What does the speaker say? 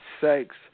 sex